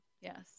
Yes